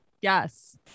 Yes